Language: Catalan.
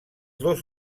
dos